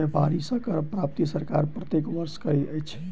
व्यापारी सॅ करक प्राप्ति सरकार प्रत्येक वर्ष करैत अछि